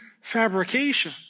fabrication